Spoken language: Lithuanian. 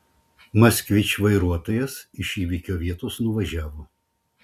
moskvič vairuotojas iš įvykio vietos nuvažiavo